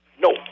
No